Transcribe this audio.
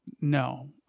No